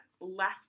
left